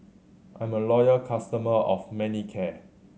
I'm a loyal customer of Manicare